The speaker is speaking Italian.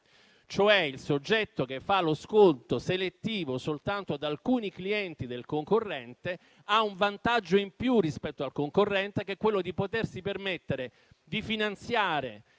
Cioè il soggetto che fa lo sconto selettivo soltanto ad alcuni clienti del concorrente ha un vantaggio in più rispetto al concorrente, che è quello di potersi permettere di finanziare